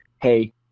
hey